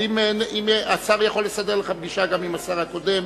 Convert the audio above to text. אבל אם השר יכול לסדר לך פגישה גם עם השר הקודם,